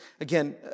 Again